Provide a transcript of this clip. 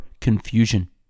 confusion